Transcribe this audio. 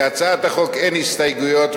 להצעת החוק אין הסתייגויות,